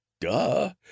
duh